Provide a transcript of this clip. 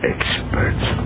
Experts